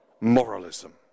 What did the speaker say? moralism